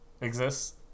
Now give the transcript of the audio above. exists